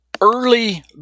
early